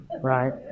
Right